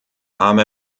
arme